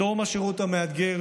בתום השירות המאתגר,